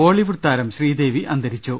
ബോളിവു ഡ്താരം ശ്രീദേവി അന്തരിച്ചു